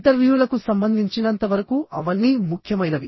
ఇంటర్వ్యూలకు సంబంధించినంత వరకు అవన్నీ ముఖ్యమైనవి